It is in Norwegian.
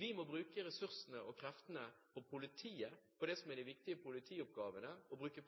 Vi må bruke ressursene og kreftene til politiet på det som er de viktige politioppgavene, og bruke